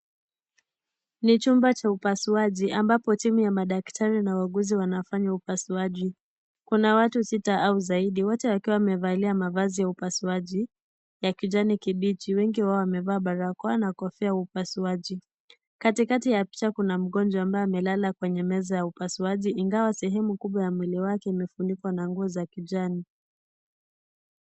Ni chumba cha upasuaji ambapo timu ya madaktari na wauguzi wanafanya upasuaji. Kuna watu sita au zaidi wote wakiwa wamevalia mavazi ya upasuaji ya kijani kibichi. Wengi wao wamevaa barakoa na kofia ya upasuaji. Katikati ya picha kuna mgonjwa ambaye amelala kwenye mezaa ya upasuaji ingiwa sehemu kubwa ya mwili wake imefunikwa na nguo za kijani.